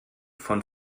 von